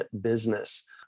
business